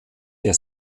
der